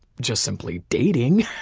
just simply dating.